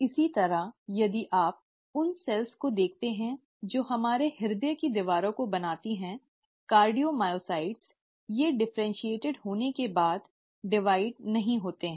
इसी तरह यदि आप उन कोशिकाओं को देखते हैं जो हमारे हृदय की दीवारों को बनाती हैं कार्डियोमायोसाइट्स ये डिफरेन्शीऐट होने के बाद विभाजित नहीं होती हैं